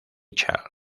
charles